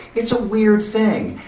it's a weird thing,